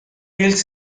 mills